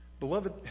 Beloved